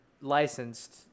licensed